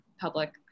public